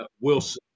Wilson